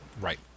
Right